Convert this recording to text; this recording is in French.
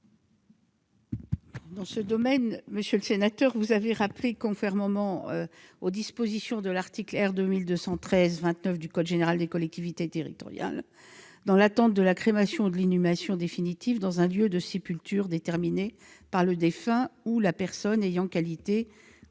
la ministre. Monsieur le sénateur, conformément aux dispositions de l'article R. 2213-29 du code général des collectivités territoriales (CGCT), dans l'attente de la crémation ou de l'inhumation définitive dans un lieu de sépulture déterminé par le défunt ou la personne ayant qualité